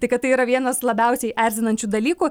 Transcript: tai kad tai yra vienas labiausiai erzinančių dalykų